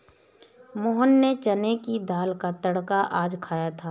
मोहन ने चने की दाल का तड़का आज खाया था